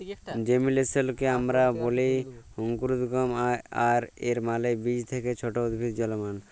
জেমিলেসলকে আমরা ব্যলি অংকুরোদগম আর এর মালে বীজ থ্যাকে ছট উদ্ভিদ জলমাল